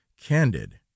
candid